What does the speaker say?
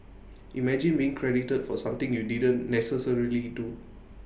imagine being credited for something you didn't necessarily do